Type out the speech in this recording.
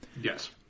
Yes